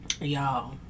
y'all